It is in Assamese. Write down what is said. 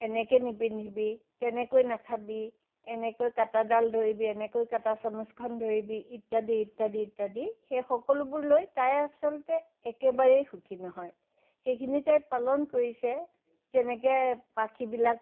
এনেকৈ নিপিন্ধিবি তেনেকৈ নাখাবি এনেকৈ কাটাডাল ধৰিবি এনেকৈ কাটা চামুচখন ধৰিবি ইত্যাদি ইত্যাদি ইত্যাদি সেই সকলোবোৰ লৈ তাই আচলতে একেবাৰেই সুখী নহয় সেইখিনি তাই পালন কৰিছে যেনেকৈ পাখীবিলাক